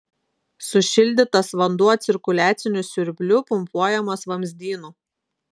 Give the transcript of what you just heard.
sušildytas vanduo cirkuliaciniu siurbliu pumpuojamas vamzdynu